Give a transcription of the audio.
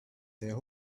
their